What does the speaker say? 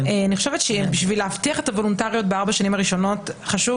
אני חושבת שבשביל להבטיח את הוולונטריות ב-4 השנים הראשונות חשוב